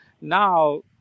Now